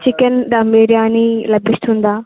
chicken dum biryani లభిస్తుందా